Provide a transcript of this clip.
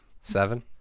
seven